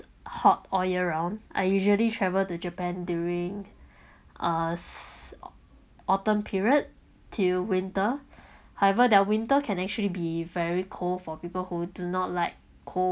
hot all year round I usually travel to japan during uh autumn period till winter however their winter can actually be very cold for people who do not like cold